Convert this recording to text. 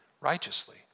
righteously